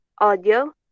audio